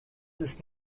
ist